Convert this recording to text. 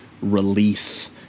release